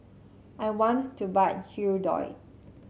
I want to buy Hirudoid